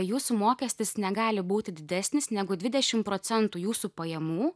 jūsų mokestis negali būti didesnis negu dvidešim procentų jūsų pajamų